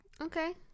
Okay